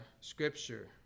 scripture